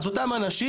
אז אותם אנשים,